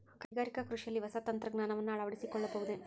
ಕೈಗಾರಿಕಾ ಕೃಷಿಯಲ್ಲಿ ಹೊಸ ತಂತ್ರಜ್ಞಾನವನ್ನ ಅಳವಡಿಸಿಕೊಳ್ಳಬಹುದೇ?